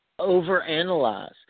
Overanalyze